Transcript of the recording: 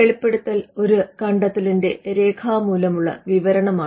വെളിപ്പെടുത്തൽ ഒരു കണ്ടെത്തലിന്റെ രേഖാമൂലമുള്ള വിവരണമാണ്